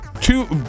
two